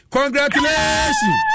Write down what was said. Congratulations